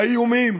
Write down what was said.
האיומים